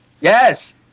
Yes